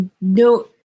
no